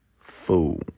fool